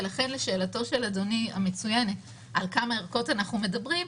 ולכן לשאלתו המצוינת של אדוני על כמה ערכות אנחנו מדברים,